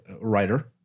writer